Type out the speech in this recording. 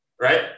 Right